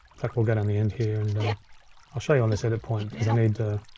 fact, we'll go down the end here and i'll show you on this edit point, cause i need to